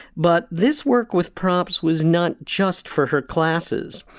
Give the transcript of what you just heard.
but this work with props was not just for her classes.